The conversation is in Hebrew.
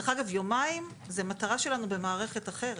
דרך אגב, יומיים זו מטרה שלנו במערכת אחרת,